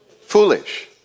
Foolish